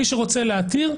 מי שרוצה להתיר,